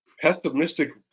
pessimistic